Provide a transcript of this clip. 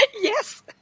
Yes